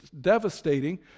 devastating